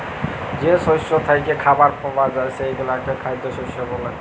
যে শস্য থ্যাইকে খাবার পাউয়া যায় সেগলাকে খাইদ্য শস্য ব্যলে